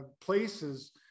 places